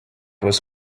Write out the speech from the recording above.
was